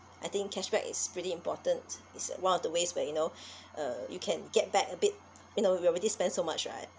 I think cashback is really important it's a one of the ways where you know uh you can get back a bit you know we already spent so much right